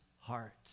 heart